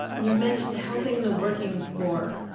you mentioned helping the working poor.